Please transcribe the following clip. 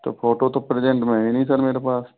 तो फ़ोटो तो प्रजेंट में है नहीं सर मेरे पास